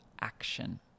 action